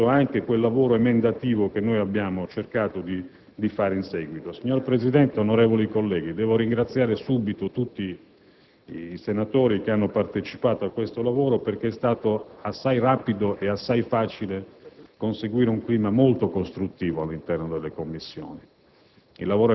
fruttuoso anche quel lavoro emendativo che si è cercato di svolgere in seguito. Signor Presidente, onorevoli colleghi, ringrazio tutti i senatori che hanno partecipato a questo lavoro perché è stato assai rapido e facile conseguire un clima molto costruttivo all'interno delle Commissioni.